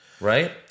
right